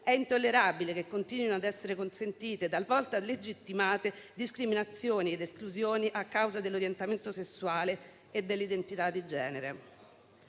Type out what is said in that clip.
è intollerabile che continuino ad essere consentite, talvolta legittimate discriminazioni ed esclusioni a causa dell'orientamento sessuale e dell'identità di genere.